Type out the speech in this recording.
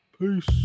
peace